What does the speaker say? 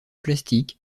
plastique